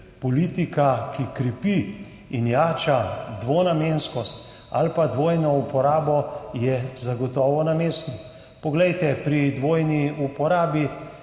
politika, ki krepi in jača dvonamenskost ali dvojno uporabo, je zagotovo na mestu. Poglejte, pri dvojni uporabi,